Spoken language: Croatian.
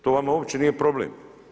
To vama uopće nije problem.